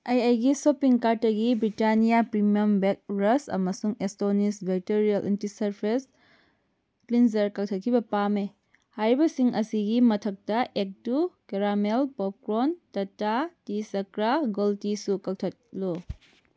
ꯑꯩ ꯑꯩꯒꯤ ꯁꯣꯞꯄꯤꯡ ꯀꯥꯔ꯭ꯗꯇꯒꯤ ꯕ꯭ꯔꯤꯇꯥꯅꯤꯌꯥ ꯄ꯭ꯔꯤꯃꯤꯌꯝ ꯕꯦꯛ ꯔꯁ ꯑꯃꯁꯨꯡ ꯑꯦꯁꯇꯣꯅꯤꯁ ꯕꯦꯛꯇꯔꯤꯌꯦꯜ ꯑꯦꯟꯇꯤꯁꯔꯐ꯭ꯔꯦꯁ ꯀ꯭ꯂꯤꯟꯖꯔ ꯀꯛꯊꯠꯈꯤꯕ ꯄꯥꯝꯃꯦ ꯍꯥꯏꯔꯤꯕꯁꯤꯡ ꯑꯁꯤꯒꯤ ꯃꯊꯛꯇ act two caramel popcorn Tata tea Chakra ꯒꯣꯜꯇꯤꯁꯨ ꯀꯛꯊꯠꯂꯨ